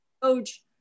coach